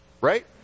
right